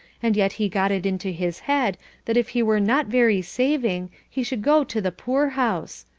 and yet he got it into his head that if he were not very saving, he should go to the poor-house.